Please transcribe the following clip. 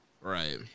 Right